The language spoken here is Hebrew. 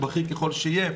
בכיר ככל שיהיה,